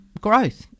growth